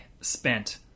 spent